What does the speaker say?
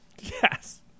Yes